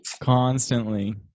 Constantly